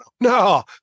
no